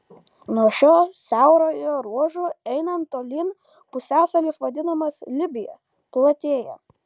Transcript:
nuo šio siaurojo ruožo einant tolyn pusiasalis vadinamas libija platėja